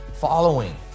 following